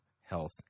health